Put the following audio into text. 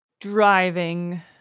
driving